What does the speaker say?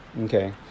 okay